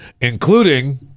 including